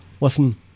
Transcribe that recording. Listen